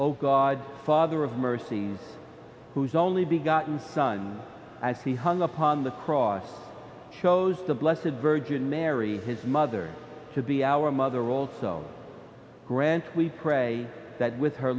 oh god father of mercy who is only be gotten son as he hung upon the cross shows the blessid virgin mary his mother to be our mother old grand we pray that with her